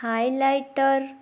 highlighter